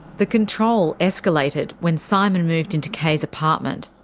the control escalated when simon moved into kay's apartment.